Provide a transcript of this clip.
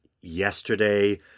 yesterday